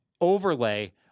overlay